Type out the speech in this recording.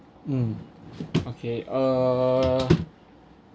mm okay err